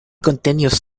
continues